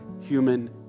human